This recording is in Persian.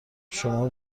شما